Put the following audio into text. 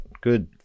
Good